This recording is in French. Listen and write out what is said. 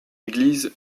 église